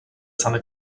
same